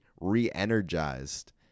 re-energized